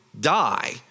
die